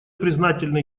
признательны